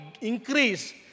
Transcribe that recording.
increase